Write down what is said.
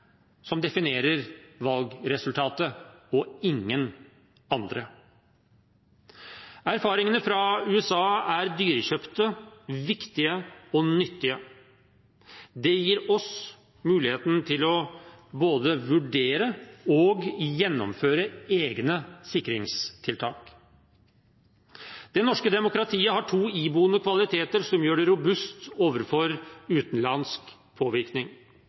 som definerer valgresultatet, og ingen andre. Erfaringene fra USA er dyrekjøpte, viktige og nyttige. Det gir oss mulighet til både å vurdere og å gjennomføre egne sikringstiltak. Det norske demokratiet har to iboende kvaliteter som gjør det robust overfor utenlandsk påvirkning.